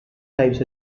times